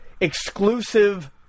exclusive